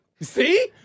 see